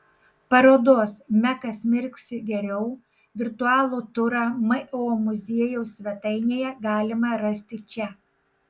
parodos mekas mirksi geriau virtualų turą mo muziejaus svetainėje galima rasti čia